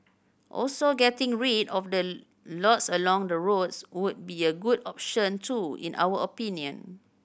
also getting rid of the lots along the roads would be a good option too in our opinion